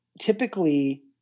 typically